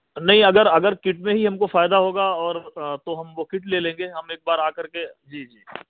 نہیں اگر اگر کٹ میں ہی ان کو فائدہ ہوگا اور تو ہم وہ کٹ لے لیں گے ہم ایک بار آ کر کے جی جی